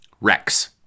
Rex